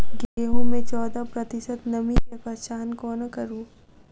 गेंहूँ मे चौदह प्रतिशत नमी केँ पहचान कोना करू?